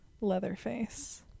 Leatherface